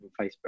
Facebook